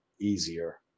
easier